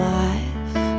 life